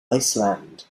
iceland